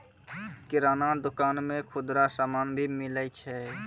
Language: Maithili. किराना दुकान मे खुदरा समान भी मिलै छै